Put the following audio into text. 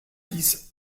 dies